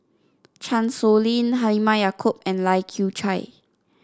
Chan Sow Lin Halimah Yacob and Lai Kew Chai